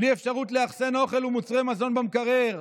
בלי אפשרות לאחסן אוכל ומוצרי מזון במקרר,